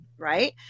right